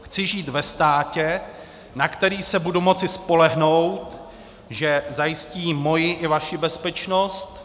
Chci žít ve státě, na který se budu moci spolehnout, že zajistí moji i vaši bezpečnost.